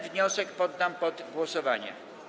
Wniosek ten poddam pod głosowanie.